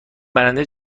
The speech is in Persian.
برنده